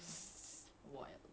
it's like ya